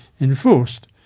enforced